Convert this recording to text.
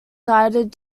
sited